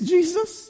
Jesus